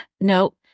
No